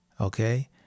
Okay